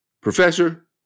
professor